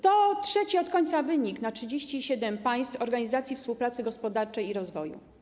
To trzeci od końca wynik na 37 państw Organizacji Współpracy Gospodarczej i Rozwoju.